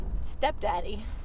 stepdaddy